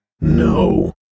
No